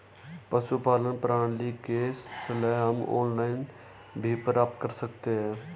पशुपालन प्रणाली की सलाह हम ऑनलाइन भी प्राप्त कर सकते हैं